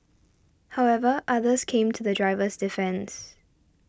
however others came to the driver's defence